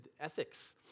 ethics